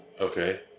Okay